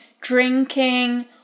drinking